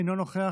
אינו נוכח,